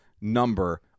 number